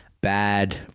bad